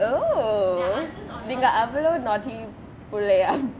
oh நீங்க அவ்வளோ:nengge avalo naughty புள்ளையா:pullaiyaa